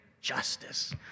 Justice